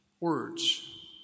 Words